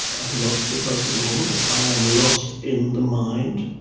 lost the present moment. i am lost in the mind.